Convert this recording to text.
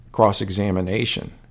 cross-examination